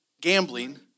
gambling